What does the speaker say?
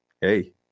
hey